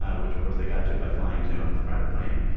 ah which, of course, they got to by flying to on his private plane